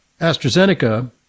astrazeneca